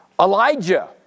Elijah